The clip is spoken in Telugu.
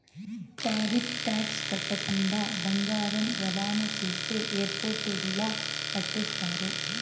టారిఫ్ టాక్స్ కట్టకుండా బంగారం రవాణా చేస్తే ఎయిర్పోర్టుల్ల పట్టేస్తారు